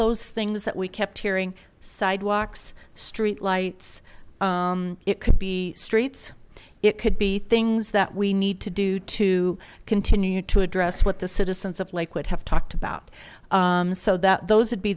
those things that we kept hearing sidewalks street lights it could be streets it could be things that we need to do to continue to address what the citizens of lakewood have talked about so that those would be